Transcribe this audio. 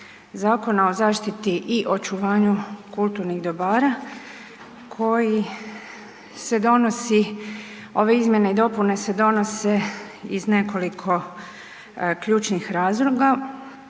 Zakona o zaštiti i očuvanju kulturnih dobara koji se donosi, ove izmjene i dopune se donose iz nekoliko ključnih razloga.